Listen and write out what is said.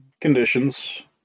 conditions